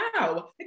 wow